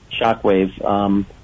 shockwave